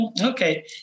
Okay